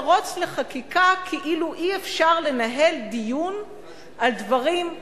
מירוץ לחקיקה כאילו אי-אפשר לנהל דיון על דברים,